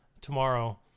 tomorrow